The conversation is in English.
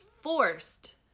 forced